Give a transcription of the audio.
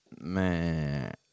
Man